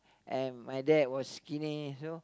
and my dad was skinny so